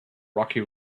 rocky